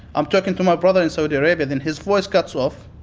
i'm talking to my brother in saudi arabia, then his voice cuts off.